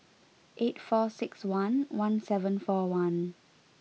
eight four six one one seven four one